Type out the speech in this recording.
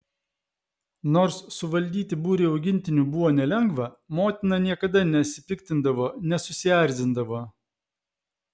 nors suvaldyti būrį augintinių buvo nelengva motina niekada nesipiktindavo nesusierzindavo